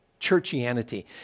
churchianity